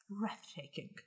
breathtaking